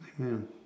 Amen